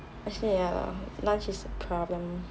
actually ya lunch is a problem